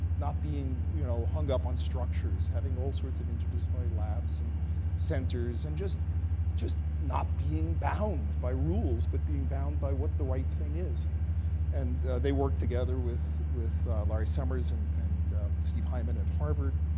not being you know hung up on structures, having all sorts of interdisciplinary labs and centers, and just just not being bound by rules, but being bound by what the right thing is. and and they worked together with with larry summers and and steve hyman at harvard.